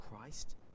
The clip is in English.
Christ